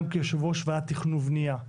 גם כיושב ראש ועדת תכנון ובניה,